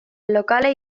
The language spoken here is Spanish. locales